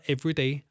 Everyday